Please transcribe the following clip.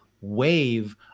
wave